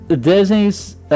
Disney's